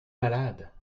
malade